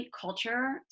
culture